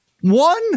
One